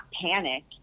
panic